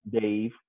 Dave